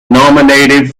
nominated